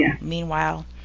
Meanwhile